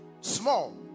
small